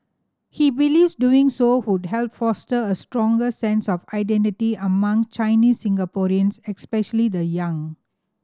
he believes doing so would help foster a stronger sense of identity among Chinese Singaporeans especially the young